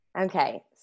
Okay